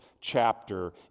chapter